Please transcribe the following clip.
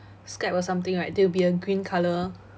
skype or something right there will be a green colour